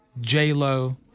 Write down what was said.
J-Lo